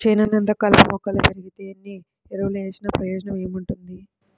చేనంతా కలుపు మొక్కలు బెరిగితే ఎన్ని ఎరువులు వేసినా ప్రయోజనం ఏముంటది